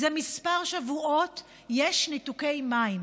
זה כמה שבועות יש ניתוקי מים,